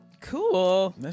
Cool